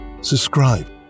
Subscribe